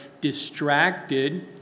distracted